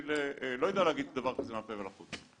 לא יודע להגיד דבר כזה מהפה ולחוץ.